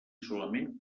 solament